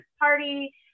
party